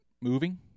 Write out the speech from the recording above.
moving